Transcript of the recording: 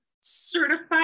Certified